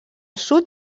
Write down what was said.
sud